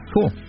Cool